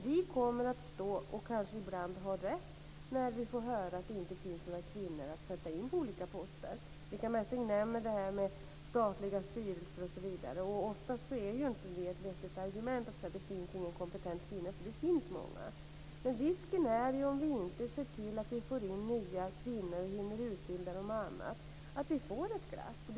Vi kommer att få höra, och kanske är det ibland rätt, att det inte finns några kvinnor att sätta in på olika poster. Ulrica Messing nämner statliga styrelser. Oftast är det inte ett vettigt argument att säga att det inte finns någon kompetent kvinna, för det finns många. Om vi inte ser till att vi får in nya kvinnor och hinner utbilda dem är risken att vi får ett glapp.